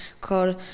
called